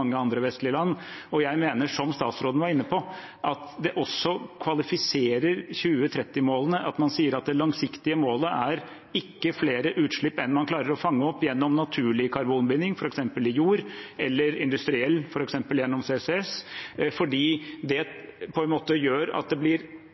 andre vestlige land. Jeg mener, som statsråden var inne på, at det også kvalifiserer 2030-målene at man sier at det langsiktige målet ikke er flere utslipp enn man klarer å fange opp gjennom naturlig karbonbinding, f.eks. i jord eller industrielt – gjennom CCS – fordi det